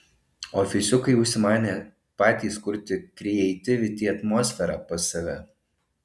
ofisiukai užsimanė patys kurti krieitivity atmosferą pas save